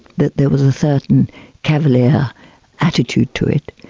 that there was a certain cavalier attitude to it.